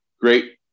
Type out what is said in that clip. great